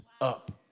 up